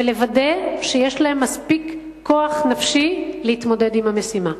ולוודא שיש להם מספיק כוח נפשי להתמודד עם המשימה.